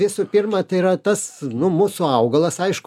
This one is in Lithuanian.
visų pirma tai yra tas nu mūsų augalas aišku